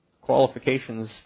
qualifications